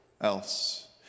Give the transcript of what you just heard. else